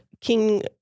King